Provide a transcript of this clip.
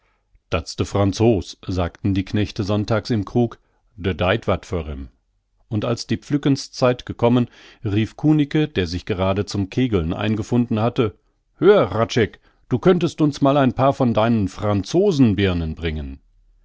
de franzos sagten die knechte sonntags im krug de deiht wat för em und als die pflückenszeit gekommen rief kunicke der sich gerade zum kegeln eingefunden hatte hör hradscheck du könntest uns mal ein paar von deinen franzosenbirnen bringen